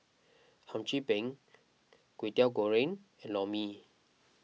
Hum Chim Peng Kway Teow Goreng and Lor Mee